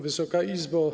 Wysoka Izbo!